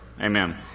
amen